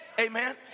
amen